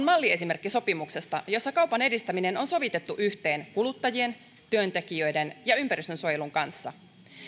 malliesimerkki sopimuksesta jossa kaupan edistäminen on sovitettu yhteen kuluttajien työntekijöiden ja ympäristönsuojelun kanssa